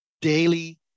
daily